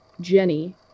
Jenny